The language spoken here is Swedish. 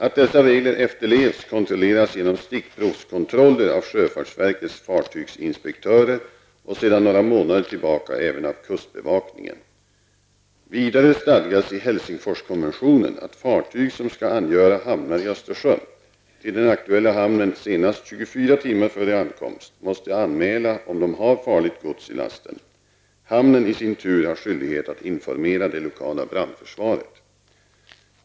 Att dessa regler efterlevs kontrolleras genom stickprovskontroller av sjöfartsverkets fartygsinspektörer och sedan några månader tillbaka även av kustbevakningen. Vidare stadgas i Helsingforskonventionen att fartyg som skall angöra hamnar i Östersjön till den aktuella hamnen senast 24 timmar före ankomst måste anmäla om de har farligt gods i lasten. Hamnen i sin tur har skyldighet att informera det lokala brandförsvaret.